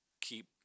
keep